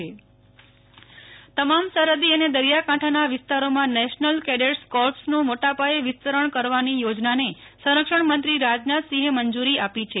Nehal Thakkar Kutch NCC cadets તમામ સરહદી અને દરિયાકાંઠાના વિસ્તારોમાં નેશનલ કેડેટસ કોર્પ્સનું મોટાપાયે વિસ્તરણ કરવાની યોજનાને સંરક્ષણમંત્રી રાજનાથસિંહે મંજૂરી આપી છે